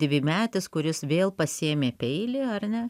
dvimetis kuris vėl pasiėmė peilį ar ne